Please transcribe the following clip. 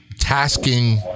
tasking